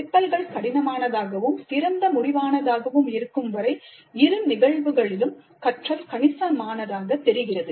சிக்கல்கள் கடினமானதாகவும் திறந்த முடிவானதாகவும் இருக்கும் வரை இரு நிகழ்வுகளிலும் கற்றல் கணிசமானதாகத் தெரிகிறது